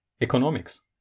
economics